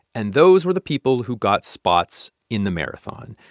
and those were the people who got spots in the marathon.